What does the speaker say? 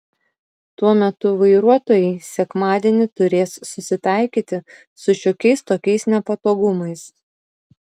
tuo metu vairuotojai sekmadienį turės susitaikyti su šiokiais tokiais nepatogumais